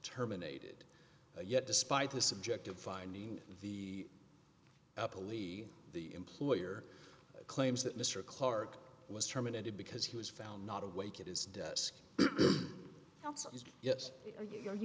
terminated yet despite the subjective finding the up to levy the employer claims that mr clarke was terminated because he was found not awake at his desk ye